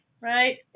right